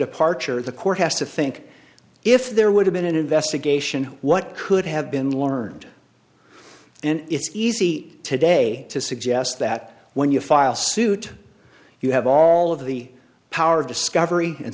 departure the court has to think if there would have been an investigation what could have been learned and it's easy today to suggest that when you file suit you have all of the power of discovery and